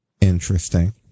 interesting